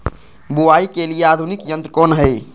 बुवाई के लिए आधुनिक यंत्र कौन हैय?